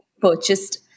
purchased